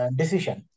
decision